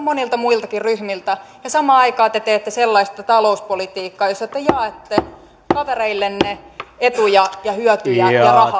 monilta muiltakin ryhmiltä ja samaan aikaan te teette sellaista talouspolitiikkaa jossa te jaatte kavereillenne etuja ja hyötyä